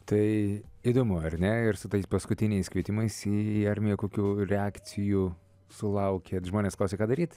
tai įdomu ar ne ir su tais paskutiniais kvietimais į armiją kokių reakcijų sulaukėt žmonės klausia ką daryt